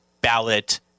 ballot